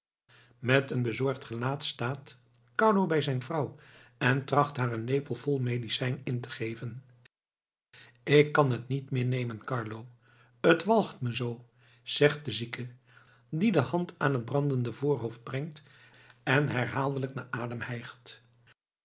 met een bezorgd gelaat staat carlo bij zijn vrouw en tracht haar een lepel vol medicijn in te geven ik kan het niet meer nemen carlo t walgt me zoo zegt de zieke die de hand aan het brandende voorhoofd brengt en herhaaldelijk naar adem hijgt